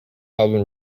album